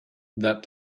that